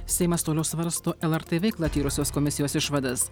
seimas toliau svarsto lrt veiklą tyrusios komisijos išvadas